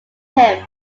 him